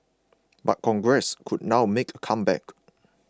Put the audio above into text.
but Congress could now make a comeback